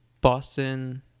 boston